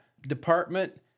department